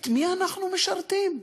את מי אנחנו משרתים?